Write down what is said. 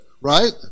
right